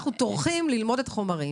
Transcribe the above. אנחנו טורחים ללמוד את החומרים,